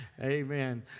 Amen